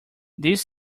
these